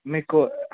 మీకు